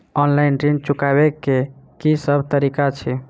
Online ऋण चुकाबै केँ की सब तरीका अछि?